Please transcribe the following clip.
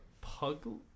pug